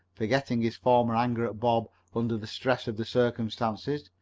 forgetting his former anger at bob under the stress of the circumstances.